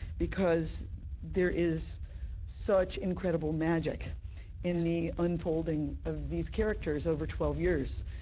because there is such incredible magic in the unfolding of these characters over twelve years.